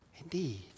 Indeed